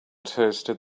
toasted